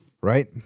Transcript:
right